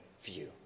view